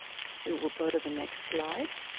so will go to the next slide.